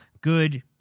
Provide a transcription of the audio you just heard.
good